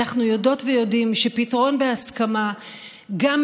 אנחנו כולנו יודעים, וזה גם